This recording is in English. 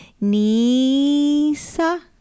Nisa